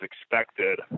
expected